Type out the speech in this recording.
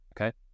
okay